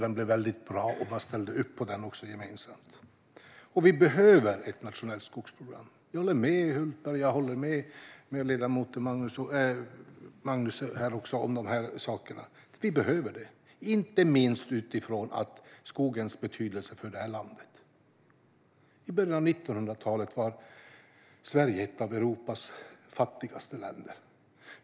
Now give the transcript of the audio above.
Den blev väldigt bra, och man ställde upp på den gemensamt. Vi behöver ett nationellt skogsprogram. Jag håller med Hultberg och ledamoten Magnus om de här sakerna. Vi behöver det, inte minst utifrån skogens betydelse för det här landet. I början av 1900-talet var Sverige ett av Europas fattigaste länder.